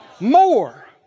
more